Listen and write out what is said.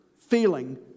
feeling